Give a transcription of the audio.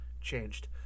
changed